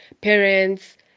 parents